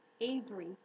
Avery